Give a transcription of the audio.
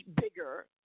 bigger